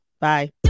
Bye